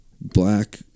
black